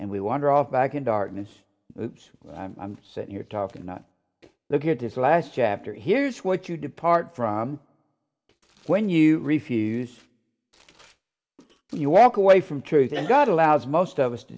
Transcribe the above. and we wander off back in darkness i'm sitting here talking not look here to last chapter here's what you depart from when you refuse you walk away from truth and god allows most of us to